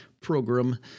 program